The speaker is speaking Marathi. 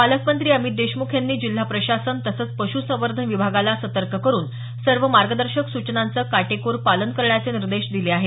पालकमंत्री अमित देशमुख यांनी जिल्हा प्रशासन तसंच पशू संवर्धन विभागाला सतर्क करून सर्व मार्गदर्शक सूचनांचे काटेकोर पालन करण्याचे निर्देश दिले आहेत